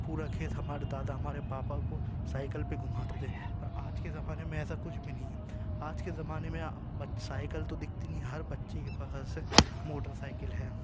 پورا کھیت ہمارے دادا ہمارے پاپا کو سائیکل پہ گھماتے تھے پر آج کے زمانے میں ایسا کچھ بھی نہیں ہے آج کے زمانے میں سائیکل تو دکھتی نہیں ہے ہر بچے کے پاس موٹر سائیکل ہے